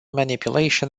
manipulation